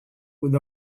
with